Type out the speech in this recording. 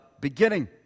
beginning